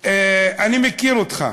אני מכיר אותך